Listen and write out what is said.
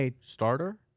starter